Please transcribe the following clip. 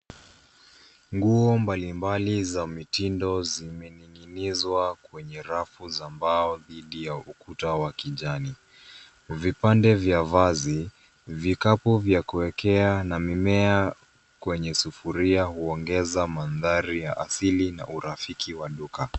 Nguo mbalimbali za mitindo zimenin’ginizwa kwenye rafu za mbao dhidi ya ukuta wa kijani. Vipande vya vazi, vikapu vya kuwekea, na mimea kwenye sufuria huongeza mandhari ya asili na urafiki wa duka.